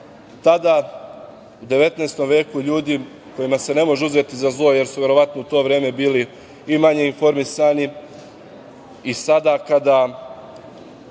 tada u 19. veku ljudi kojima se ne može uzeti za zlo, jer su verovatno u to vreme bili i manje informisani i sada kada,